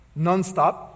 nonstop